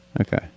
okay